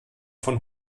von